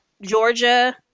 Georgia